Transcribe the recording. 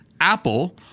Apple